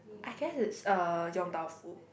I guess it's uh Yong Tau Foo